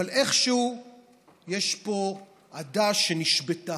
אבל איכשהו יש פה עדה שנשבתה.